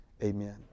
Amen